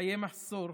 בחיי מחסור,